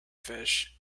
fish